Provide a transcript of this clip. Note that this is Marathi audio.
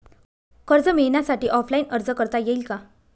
कर्ज मिळण्यासाठी ऑफलाईन अर्ज करता येईल का?